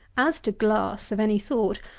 as to glass of any sort,